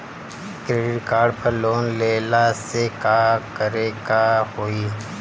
Credit card पर loan लेला से का का करे क होइ?